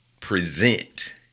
present